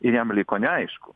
ir jam liko neaišku